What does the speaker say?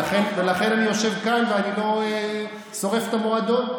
ולכן אני יושב כאן ואני לא שורף את המועדון.